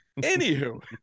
anywho